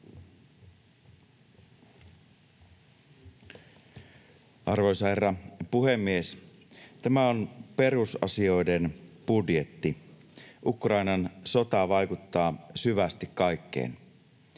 Arvoisa herra puhemies! Tämä on perusasioiden budjetti. Ukrainan sota vaikuttaa syvästi kaikkeen.